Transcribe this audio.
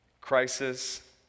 crisis